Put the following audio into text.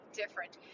different